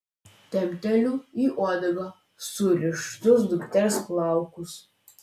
timpteliu į uodegą surištus dukters plaukus